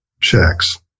checks